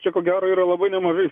čia ko gero yra labai nemažai